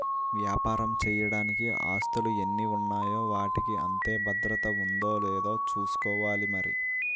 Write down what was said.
వ్యాపారం చెయ్యడానికి ఆస్తులు ఎన్ని ఉన్నాయో వాటికి అంతే భద్రత ఉందో లేదో చూసుకోవాలి మరి